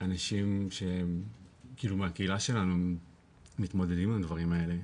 אנשים מהקהילה שלנו מתמודדים עם הדברים האלה.